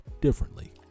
differently